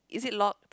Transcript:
is it locked